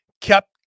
kept